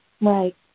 Right